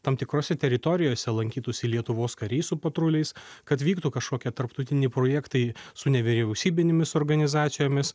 tam tikrose teritorijose lankytųsi lietuvos kariai su patruliais kad vyktų kažkokie tarptautiniai projektai su nevyriausybinėmis organizacijomis